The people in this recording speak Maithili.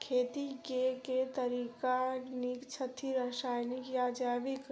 खेती केँ के तरीका नीक छथि, रासायनिक या जैविक?